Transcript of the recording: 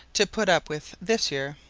to put up with this year.